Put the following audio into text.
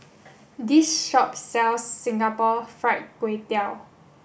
this shop sells Singapore fried Kway Tiao